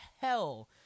hell